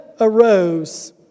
arose